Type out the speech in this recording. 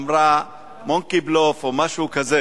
היא תמיד אמרה "מונקי-בלוף" או משהו כזה.